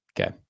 Okay